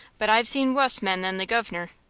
but i've seen wuss men than the guv'nor.